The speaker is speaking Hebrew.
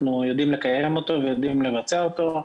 אנחנו יודעים לקיים ולבצע אותו,